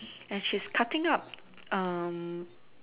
and she's cutting up